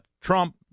Trump